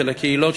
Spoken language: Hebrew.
של הקהילות,